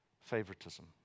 favoritism